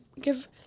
give